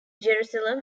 jerusalem